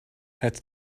het